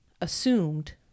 assumed